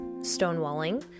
stonewalling